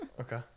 Okay